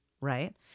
right